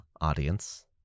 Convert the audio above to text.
audience